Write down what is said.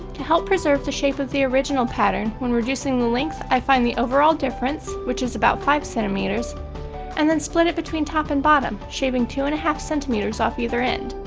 to help preserve the shape of the original pattern, when reducing the length, i find the overall difference which is about five centimeters and then split it between top and bottom, shaving two and a half centimeters off either end.